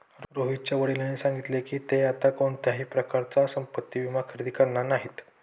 रोहितच्या वडिलांनी सांगितले की, ते आता कोणत्याही प्रकारचा संपत्ति विमा खरेदी करणार नाहीत